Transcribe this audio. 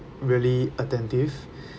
really attentive